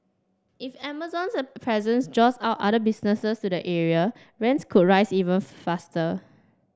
if Amazon's presence draws other businesses to the area rents could rise even faster